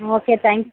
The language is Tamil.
ம் ஓகே தேங்க் யூ